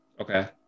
Okay